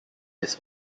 his